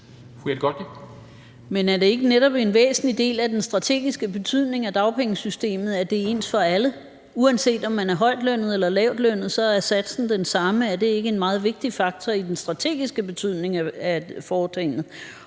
er det ikke netop en væsentlig del af den strategiske betydning, at dagpengesystemet er ens for alle. Uanset om man er højtlønnet eller lavtlønnet, er satsen den samme. Er det ikke en meget vigtig faktor i den strategiske betydning af foretagendet?